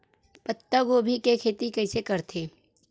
पत्तागोभी के खेती कइसे करथे?